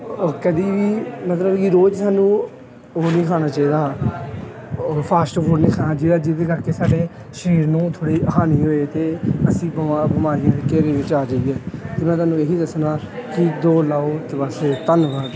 ਕਦੇ ਵੀ ਮਤਲਬ ਕਿ ਰੋਜ਼ ਸਾਨੂੰ ਉਹ ਨਹੀਂ ਖਾਣਾ ਚਾਹੀਦਾ ਉਹ ਫਾਸਟ ਫੂਡ ਨਹੀਂ ਖਾਣਾ ਚਾਹੀਦਾ ਜਿਹਦੇ ਕਰਕੇ ਸਾਡੇ ਸਰੀਰ ਨੂੰ ਥੋੜ੍ਹੀ ਹਾਨੀ ਹੋਏ ਅਤੇ ਅਸੀਂ ਬਿਮਾ ਬਿਮਾਰੀਆਂ ਦੇ ਘੇਰੇ ਵਿੱਚ ਆ ਜਾਈਏ ਅਤੇ ਮੈਂ ਤੁਹਾਨੂੰ ਇਹੀ ਦੱਸਣਾ ਕਿ ਦੌੜ ਲਾਓ ਧੰਨਵਾਦ